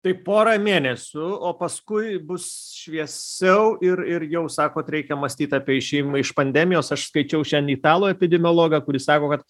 tai porą mėnesių o paskui bus šviesiau ir ir jau sakot reikia mąstyt apie išėjimą iš pandemijos aš skaičiau šiandien italų epidemiologą kuris sako kad